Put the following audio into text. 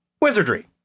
Wizardry